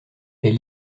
est